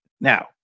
Now